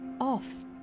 off